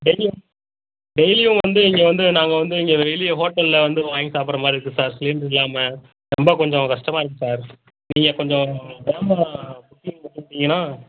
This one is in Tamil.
டெய்லியும் டெய்லியும் வந்து இங்கே வந்து நாங்கள் வந்து இங்கே வெளியே ஹோட்டலில் வந்து வாங்கி சாப்பிட்ற மாதிரி இருக்குது சார் சிலிண்ட்ரு இல்லாமல் ரொம்ப கொஞ்சம் கஷ்டமாக இருக்குது சார் நீங்கள் கொஞ்சம் வேகமாக புக்கிங் பண்ணிவிட்டிங்கன்னா